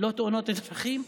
לא תאונות דרכים,